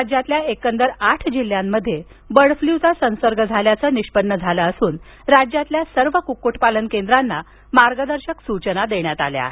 राज्यातल्या एकंदर आठ जिल्ह्यांमध्ये बर्ड फ्ल्यूचा संसर्ग झाल्याचं निष्पन्न झालं असून राज्यातल्या सर्व कुक्कुटपालन केंद्रांना मार्गदर्शक सूचना देण्यात आल्या आहेत